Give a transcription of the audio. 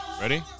ready